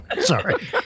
Sorry